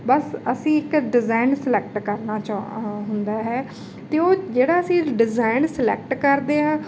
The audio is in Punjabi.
ਬਸ ਅਸੀਂ ਇੱਕ ਡਿਜ਼ਾਇਨ ਸਲੈਕਟ ਕਰਨਾ ਚਾ ਹੁੰਦਾ ਹੈ ਅਤੇ ਉਹ ਜਿਹੜਾ ਅਸੀਂ ਡਿਜ਼ਾਇਨ ਸਲੈਕਟ ਕਰਦੇ ਆ